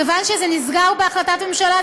מכיוון שזה נסגר בהחלטת ממשלה,